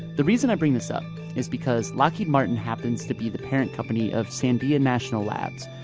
the reason i bring this up is because lockheed-martin happens to be the parent company of sandia national labs,